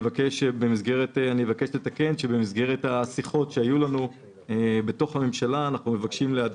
לא יסיע אדם ברכב מסוג 1M, 2M ו-1N למעט רכב להסעת